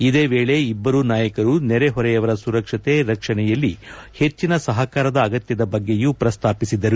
ಇದೇ ವೇಳೆ ಇಬ್ಬರೂ ನಾಯಕರು ನೆರಹೊರೆಯವರ ಸುರಕ್ಷತೆ ರಕ್ಷಣೆಯಲ್ಲಿ ಹೆಚ್ಚಿನ ಸಹಕಾರದ ಅಗತ್ಯದ ಬಗ್ಗೆಯೂ ಪ್ರಸ್ತಾಪಿಸಿದರು